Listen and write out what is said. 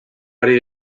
ari